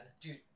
Dude